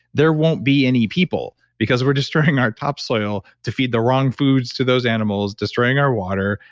there won't be any people because we're destroying our top soil to feed the wrong foods to those animals, destroying our water,